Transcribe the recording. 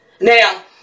Now